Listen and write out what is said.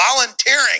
volunteering